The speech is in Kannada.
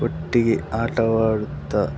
ಒಟ್ಟಿಗೆ ಆಟವಾಡುತ್ತಾ